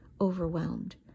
overwhelmed